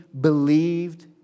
believed